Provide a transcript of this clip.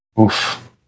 Oof